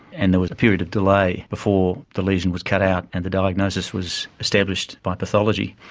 and there was a period of delay before the lesion was cut out and the diagnosis was established by pathology.